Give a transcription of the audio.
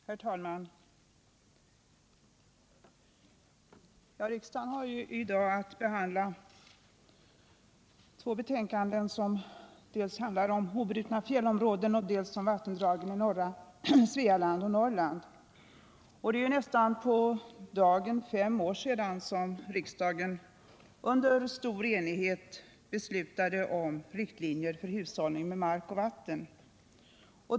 Herr talman! Riksdagen har i dag att behandla två betänkanden som handlar dels om obrutna fjällområden, dels om vattendragen i norra Svealand och Norrland. Det är nästan på dagen två år sedan riksdagen under stor enighet beslutade om hushållning med mark och vatten.